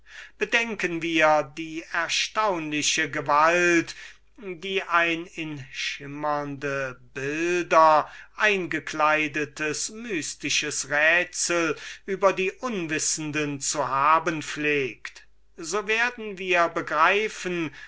nehmen wir ferner die erstaunliche gewalt welche ein in schimmernde bilder eingekleidetes galimathias über die unwissenden zu haben pflegt so werden wir begreifen